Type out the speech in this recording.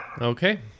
Okay